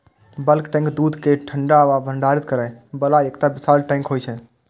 bulk tank दूध कें ठंडा आ भंडारित करै बला एकटा विशाल टैंक होइ छै